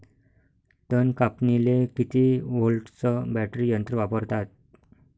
तन कापनीले किती व्होल्टचं बॅटरी यंत्र वापरतात?